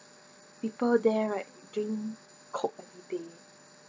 people there right drink coke every day